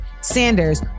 sanders